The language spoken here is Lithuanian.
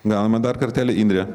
gavome dar kartelį indre